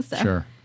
sure